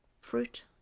fruit